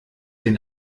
den